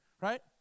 Right